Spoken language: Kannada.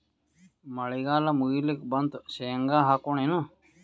ಮಳಿಗಾಲ ಮುಗಿಲಿಕ್ ಬಂತು, ಶೇಂಗಾ ಹಾಕೋಣ ಏನು?